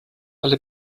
alle